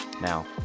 Now